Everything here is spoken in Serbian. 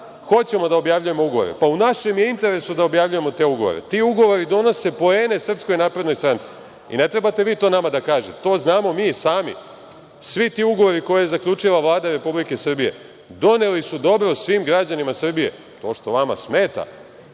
hoćemo da objavljujemo ugovore, pa u našem je interesu da objavljujemo te ugovore. Ti ugovori donose poene SNS i ne trebate vi to nama da kažete. To znamo mi sami. Svi ti ugovori koje je zaključila Vlada Republike Srbije doneli su dobro svim građanima Srbije. To što vama smeta,